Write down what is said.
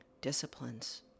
disciplines